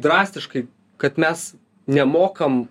drastiškai kad mes nemokam